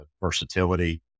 versatility